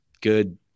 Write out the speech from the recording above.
good